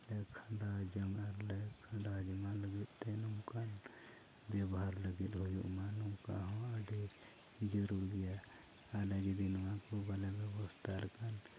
ᱠᱷᱟᱱᱰᱟᱣ ᱡᱚᱝᱟ ᱟᱨᱞᱮ ᱠᱷᱟᱱᱰᱟᱣ ᱡᱚᱱᱟ ᱞᱟᱹᱜᱤᱫ ᱛᱮ ᱱᱚᱝᱠᱟᱱ ᱵᱮᱵᱚᱦᱟᱨ ᱞᱟᱹᱜᱤᱫ ᱚᱞᱚᱜ ᱢᱟ ᱱᱚᱝᱠᱟ ᱦᱚᱸ ᱟᱹᱰᱤ ᱡᱟᱹᱨᱩᱲ ᱜᱮᱭᱟ ᱟᱞᱮ ᱡᱩᱫᱤ ᱱᱚᱣᱟ ᱠᱚ ᱱᱚᱣᱟ ᱠᱚ ᱵᱟᱞᱮ ᱵᱮᱵᱚᱥᱛᱷᱟ ᱞᱮᱠᱷᱟᱱ